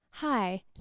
Hi